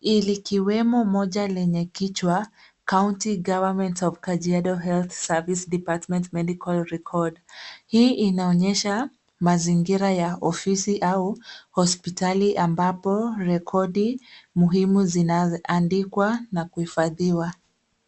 ikiwemo moja lenye kichwa COUNTY OF KAJIADO HEALTH SERVICE MEDICAL DEPARTMENT RECORD . Hii inaonyesha mazingira ya ofisi au hospitali ambapo rekodi muhimu zinaandikwa na kuhifadhiwa.